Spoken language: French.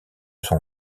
son